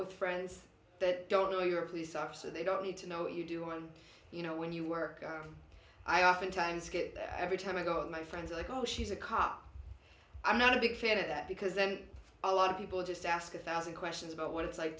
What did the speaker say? with friends that don't know you're a police officer they don't need to know what you do on you know when you work i oftentimes get there every time i got my friends like oh she's a cop i'm not a big fan of that because then a lot of people just ask a thousand questions about what it's like